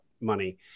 money